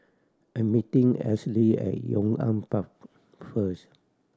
I'm meeting Esley at Yong An Park first